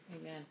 Amen